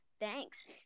thanks